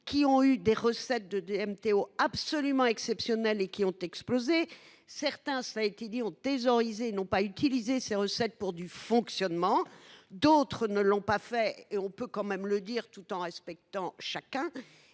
ont eu des recettes de DMTO absolument exceptionnelles et qui ont explosé. Certains, cela a été dit, ont thésaurisé et n’ont pas utilisé ces recettes pour des dépenses de fonctionnement ; d’autres ne l’ont pas fait – on peut le dire tout en respectant chacun.